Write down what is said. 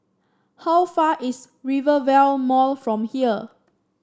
how far is Rivervale Mall from here